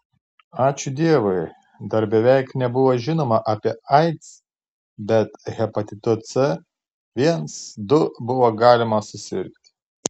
ačiū dievui dar beveik nebuvo žinoma apie aids bet hepatitu c viens du buvo galima susirgti